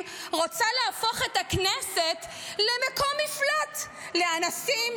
רוצה להפוך את הכנסת למקום מפלט לאנסים,